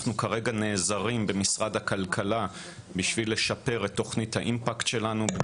אנחנו כרגע נעזרים במשרד הכלכלה בשביל לשפר את תוכנית האימפקט שלנו,